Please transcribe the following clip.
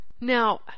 now